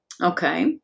Okay